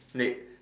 late